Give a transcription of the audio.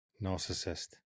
Narcissist